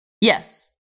Yes